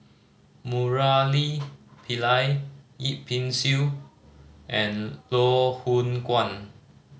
Murali Pillai Yip Pin Xiu and Loh Hoong Kwan